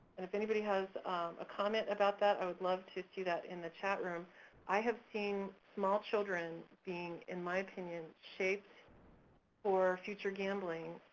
and if anybody has a comment about that, i would love to see that in the chatroom. i have seen small children being, in my opinion, shaped for future gambling,